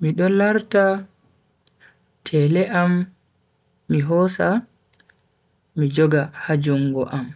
Mido larta tele am mi hosa mi joga ha jungo am